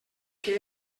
què